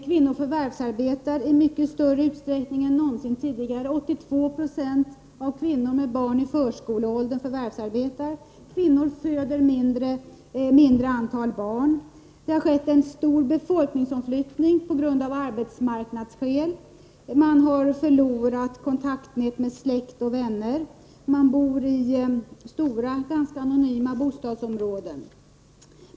Kvinnor förvärvsarbetar i mycket större utsträckning än någonsin tidigare — 82 26 av kvinnor med barn i förskoleåldern förvärvsarbetar. Kvinnor föder mindre antal barn. Det har skett en stor befolkningsomflyttning, av arbetsmarknadsskäl. Man har förlorat det kontaktnät som släkt och vänner utgör. Man bor i stora, ganska anonyma bostadsområden.